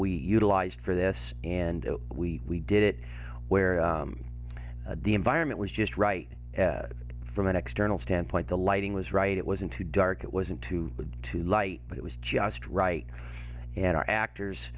we utilized for this and we we did it where the environment was just right from an external standpoint the lighting was right it wasn't too dark it was into to light but it was just right and our actors